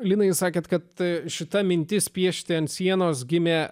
lina jūs sakėte kad šita mintis piešti ant sienos gimė